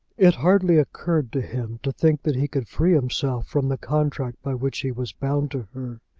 it hardly occurred to him to think that he could free himself from the contract by which he was bound to her.